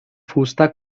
fusta